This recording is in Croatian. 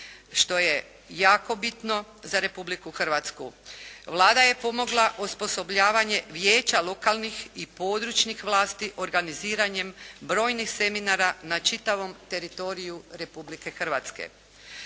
što je jako bitno za Republiku Hrvatsku. Vlada je pomogla osposobljavanje vijeća lokalnih i područnih vlasti organiziranjem brojnih seminara na čitavom teritoriju Republike Hrvatske.